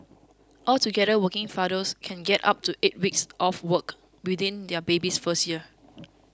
altogether working fathers can get up to eight weeks off work within their baby's first year